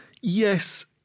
yes